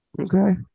Okay